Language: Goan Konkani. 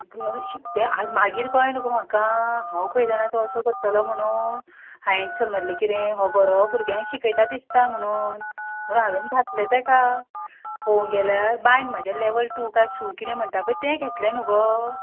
ग शिक तें आं मागीर कळ्ळें न्हय गो म्हाका हांव खंय जाणां तो असो करतलो म्हणून हांवें समजलें किदें हो बरो भुरग्यांक शिकयता दिसता म्हणून म्हणून हांवें घातलें तेका पोंग गेल्या बायन म्हज्या लॅवल टू काय शू किदें म्हणटा पळय तें घेतलें न्हय गो